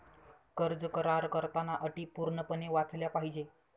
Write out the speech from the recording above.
कर्ज करार करताना अटी पूर्णपणे वाचल्या पाहिजे